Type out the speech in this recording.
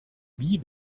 wie